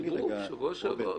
הם דיברו בשבוע שעבר.